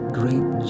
great